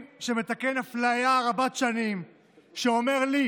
בושה, עליבות.